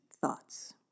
thoughts